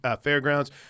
Fairgrounds